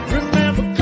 Remember